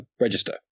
register